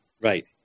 right